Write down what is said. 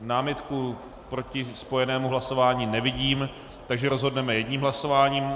Námitku proti spojenému hlasování nevidím, takže rozhodneme jedním hlasováním.